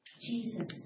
Jesus